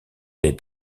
est